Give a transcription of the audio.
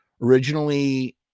originally